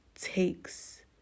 takes